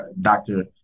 Dr